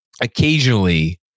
occasionally